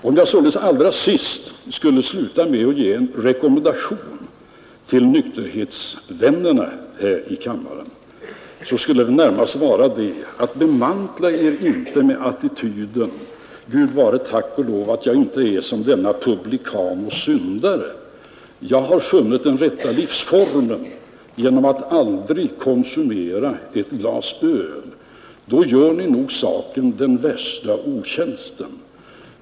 Om jag således allra sist skulle ge en rekommendation till en del nykterhetsvänner här i kammaren, skulle det närmast vara denna: Bemantla er inte med attityden ”Gud vare tack och lov att jag inte är som denne publikan och syndare, för jag har funnit den rätta livsformen genom att aldrig konsumera ett glas öl”! Då gör ni nog saken den värsta otjänsten.